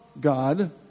God